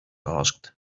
asked